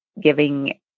giving